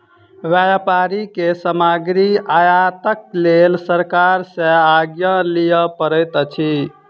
व्यापारी के सामग्री आयातक लेल सरकार सॅ आज्ञा लिअ पड़ैत अछि